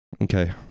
Okay